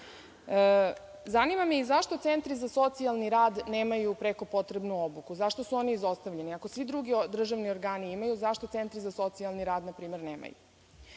me i zašto centri za socijalni rad nemaju preko potrebnu obuku? Zašto su oni izostavljeni? Ako svi drugi državni organi imaju, zašto centri za socijalni rad, na primer, nemaju? Što